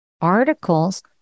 articles